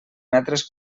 metres